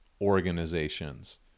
organizations